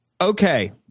Okay